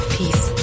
peace